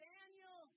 Daniel